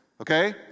okay